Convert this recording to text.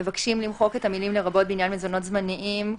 מבקשים למחוק את המילים "לרבות בעניין מזונות זמניים",